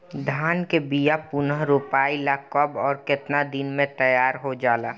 धान के बिया पुनः रोपाई ला कब और केतना दिन में तैयार होजाला?